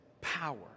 power